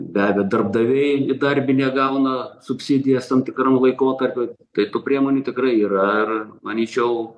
be abejo darbdaviai įdarbinę gauna subsidijas tam tikram laikotarpiui tai tų priemonių tikrai yra ar manyčiau